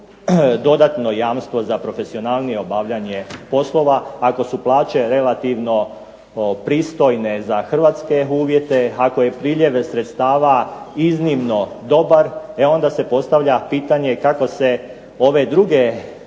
dodatno jamstvo za profesionalnije obavljanje poslova, ako su plaće relativno pristojne za hrvatske uvjete ako je priliv sredstava iznimno dobar e onda se postavlja pitanje kako se ove druge funkcije